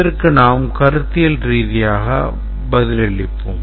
இதற்கு நாம் கருத்தியல் ரீதியாக பதிலளிப்போம்